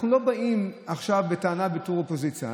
אנחנו לא באים עכשיו בטענה בתור אופוזיציה,